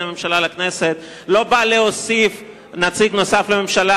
הממשלה לכנסת ולא באה להוסיף נציג לממשלה.